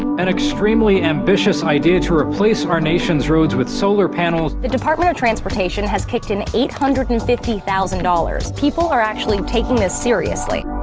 an extremely ambitious idea to replace our nation's roads with solar panels. the department of transportation has kicked in eight hundred and fifty thousand dollars. people are actually taking this seriously.